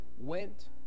went